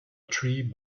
tree